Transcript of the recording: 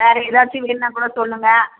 வேறே எதாச்சும் வேணும்னா கூட சொல்லுங்க